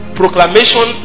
proclamation